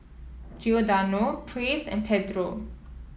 Giordano Praise and Pedro